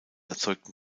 erzeugten